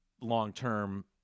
long-term